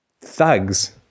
thugs